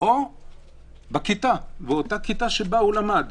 או בכיתה, באותה כיתה שבה הוא למד.